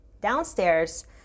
downstairs